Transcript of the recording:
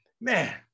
man